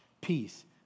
peace